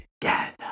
together